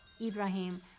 Ibrahim